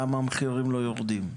למה המחירים לא יורדים?